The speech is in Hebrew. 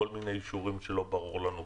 כל מיני אישורים שלא ברורים לנו,